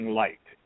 light